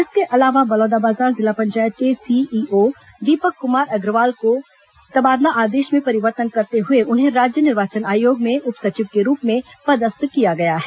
इसके अलावा बलौदाबाजार जिला पंचायत के सीईओ दीपक कुमार अग्रवाल के तबादला आदेश में परिवर्तन करते हुए उन्हें राज्य निर्वाचन आयोग में उप सचिव के रूप में पदस्थ किया गया है